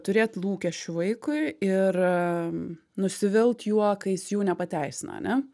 turėt lūkesčių vaikui ir nusivil juokais jų nepateisina ane